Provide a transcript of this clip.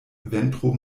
ventro